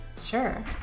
Sure